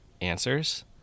answers